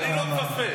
אדוני, אני לא מפספס.